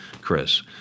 Chris